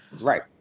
right